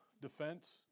defense